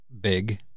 big